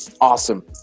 awesome